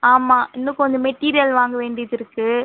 ஆமாம் இன்னும் கொஞ்சம் மெட்டீரியல் வாங்க வேண்டியது இருக்குது